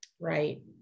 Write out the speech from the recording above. Right